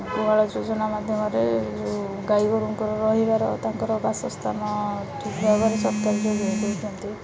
ଗୁହାଳ ଯୋଜନା ମାଧ୍ୟମରେ ଯେଉଁ ଗାଈଗୋରୁଙ୍କର ରହିବାର ତାଙ୍କର ବାସସ୍ଥାନ ଠିକ୍ ଭାବରେ ସରକାର ଯୋଗାଇ ଦେଇଛନ୍ତି